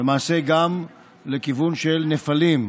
למעשה גם לכיוון של נפלים.